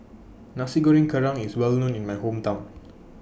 Nasi Goreng Kerang IS Well known in My Hometown